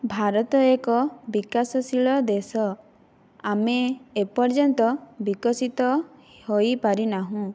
ଭାରତ ଏକ ବିକାଶଶୀଳ ଦେଶ ଆମେ ଏପର୍ଯ୍ୟନ୍ତ ବିକଶିତ ହୋଇପାରିନାହୁଁ